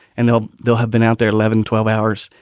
and they'll they'll have been out there eleven, twelve hours.